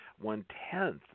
one-tenth